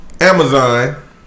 Amazon